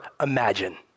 imagine